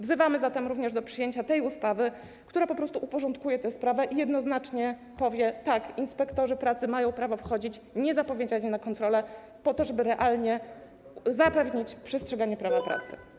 Wzywamy zatem również do przyjęcia tej ustawy, która po prostu uporządkuje tę sprawę i jednoznacznie wskaże: tak, inspektorzy pracy mają prawo wchodzić niezapowiedziani na kontrole, po to żeby realnie zapewnić przestrzeganie prawa pracy.